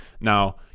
now